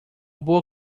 boa